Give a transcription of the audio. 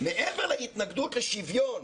מעבר להתנגדות לשוויון,